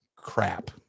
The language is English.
crap